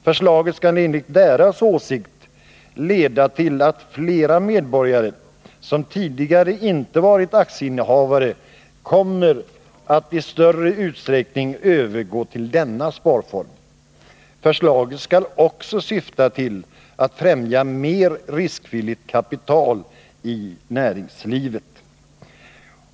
Förslaget skall enligt deras åsikt leda till att flera medborgare, som tidigare inte innehaft aktier, kommer att i större utsträckning övergå till denna sparform. Förslaget skall också syfta till att främja tillkomsten av mer riskvilligt kapital i näringslivet.